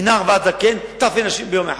מנער ועד זקן טף ונשים ביום אחד.